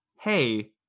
hey